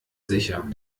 sicher